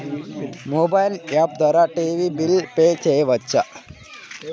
Mobile app ద్వారా TV bill pay చేయవచ్చా?